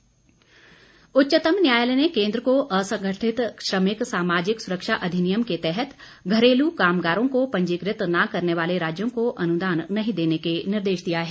न्यायालय उच्चतम न्यायालय ने केंद्र को असंगठित श्रमिक सामाजिक सुरक्षा अधिनियम के तहत घरेलू कामगारों को पंजीकृत न करने वाले राज्यों को अनुदान नहीं देने का निर्देश दिया है